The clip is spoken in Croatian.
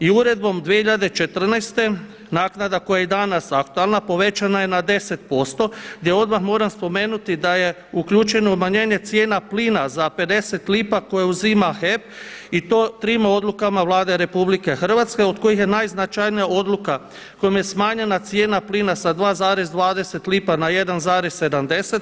I uredbom 2014. naknada koja je i danas aktualna povećana je na 10%, gdje odmah moram spomenuti da je uključeno umanjenje cijena plina za 50 lipa koje uzima HEP i to trima odlukama Vlade RH od kojih je najznačajnija odluka kojom je smanjena cijena plina sa 2,20 lipa na 1,70.